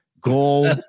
goal